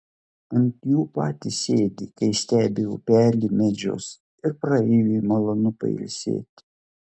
ant jų patys sėdi kai stebi upelį medžius ir praeiviui malonu pailsėti